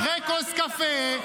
אחרי כוס קפה.